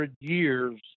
years